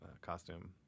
costume